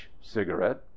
cigarette